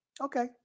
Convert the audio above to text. Okay